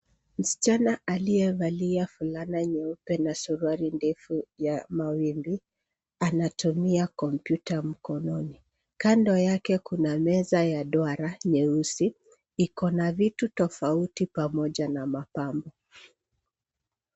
Msichana aliyevalia fulana nyeupe na suruali ndefu ya mawimbi anatumia kompyuta mkononi. Kando yake kuna meza ya duara nyeusi. Iko na vitu tofauti pamoja na mapambo.